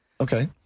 Okay